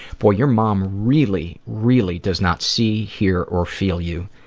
boy, your mom really, really, does not see, hear or feel you.